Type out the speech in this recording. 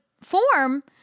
form